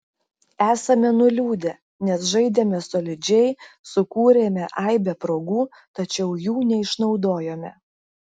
esame nuliūdę nes žaidėme solidžiai sukūrėme aibę progų tačiau jų neišnaudojome